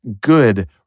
good